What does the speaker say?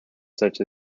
such